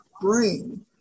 brain